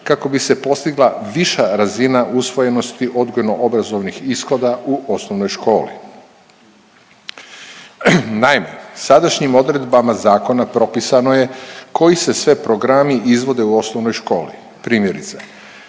kako bi se postigla viša razina usvojenosti odgojno-obrazovnih ishoda u osnovnoj školi. Naime, sadašnjim odredbama zakona propisano je koji se sve programi izvode u osnovnoj školi primjerice